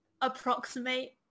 approximate